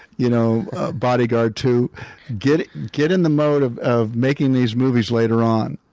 you know body guard two. get get in the mode of of making these movies later on.